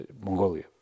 Mongolia